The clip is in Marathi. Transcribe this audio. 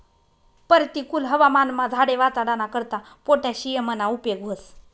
परतिकुल हवामानमा झाडे वाचाडाना करता पोटॅशियमना उपेग व्हस